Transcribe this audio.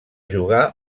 jugar